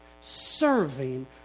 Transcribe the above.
Serving